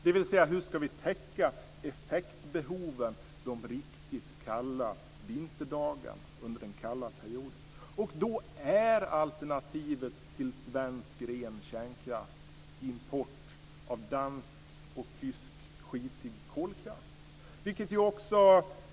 Det handlar om hur vi ska täcka effektbehoven under de riktigt kalla vinterdagarna. Då är alternativet till svensk ren kärnkraft import av dansk och tysk skitig kolkraft.